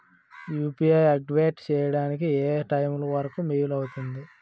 UPI activate చెయ్యడానికి ఏ time వరుకు వీలు అవుతుంది?